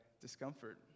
discomfort